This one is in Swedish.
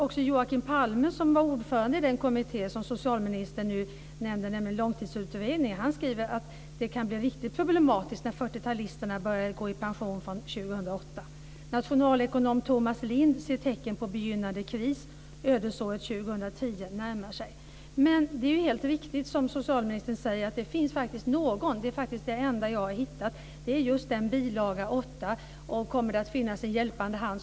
Också Joakim Palme, som var ordförande i den kommitté som socialministern nu nämnde, nämligen Långtidsutredningen, skriver att det kan blir riktigt problematiskt när 40-talisterna börjar gå i pension från 2008. Nationalekonom Thomas Lindh ser tecken på begynnande kris - ödesåret 2010 närmar sig. Det är helt riktigt som socialministern säger att det finns något - och det är faktiskt det enda jag har hittat - som kommer att ge regeringen och socialministern en hjälpande hand.